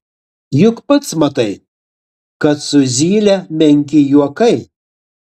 juk pats matai kad su zyle menki juokai